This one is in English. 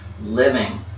living